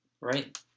right